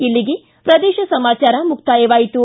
ಇಲ್ಲಿಗೆ ಪ್ರದೇಶ ಸಮಾಚಾರ ಮುಕ್ತಾಯವಾಯಿತು